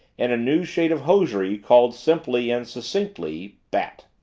and a new shade of hosiery called simply and succinctly bat.